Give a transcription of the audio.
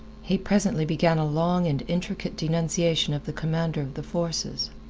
he presently began a long and intricate denunciation of the commander of the forces.